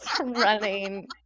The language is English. running